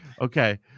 Okay